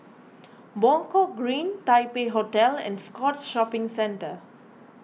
Buangkok Green Taipei Hotel and Scotts Shopping Centre